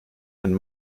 and